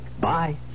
Bye